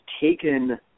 taken